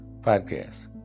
podcast